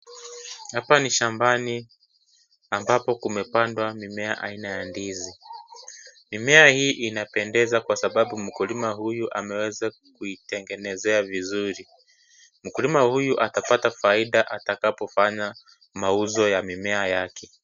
Hapa ni shambani ambapo kumepandwa mimea aina ya ndizi mimea hii inapendeza kwa sababu mkulima huyu ameweza kuitengenezea vizuri mkulima huyu atapata faida atakapo fanya mauzo ya mimea yake.